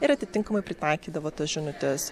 ir atitinkamai pritaikydavo tas žinutes